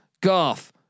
golf